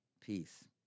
peace